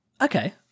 Okay